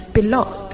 belong